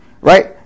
right